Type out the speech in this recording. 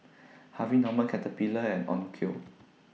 Harvey Norman Caterpillar and Onkyo